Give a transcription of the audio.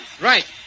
Right